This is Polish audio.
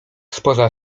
spoza